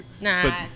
Nah